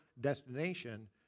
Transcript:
destination